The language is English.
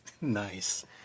Nice